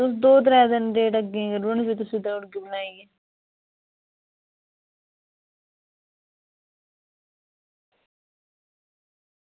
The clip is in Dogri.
तुस दो त्रै दिन डेट अग्गें करी ओड़ो ना फ्ही तुसेंगी देई ओड़गी में